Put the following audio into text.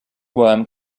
worm